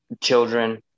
children